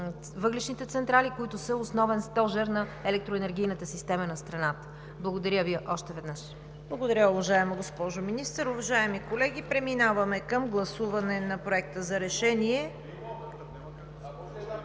въглищните централи, които са основен стожер на електроенергийната система на страната. Благодаря Ви още веднъж. ПРЕДСЕДАТЕЛ ЦВЕТА КАРАЯНЧЕВА: Благодаря, уважаема госпожо Министър. Уважаеми колеги, преминаваме към гласуването на Проекта за решение…